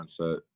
mindset